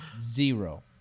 Zero